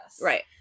Right